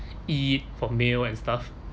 eat for meal and stuff